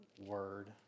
word